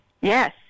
Yes